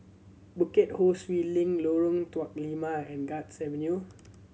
Bukit Ho Swee Link Lorong Tuk Lima and Guards Avenue